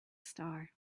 star